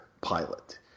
pilot